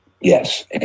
Yes